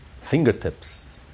fingertips